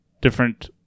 different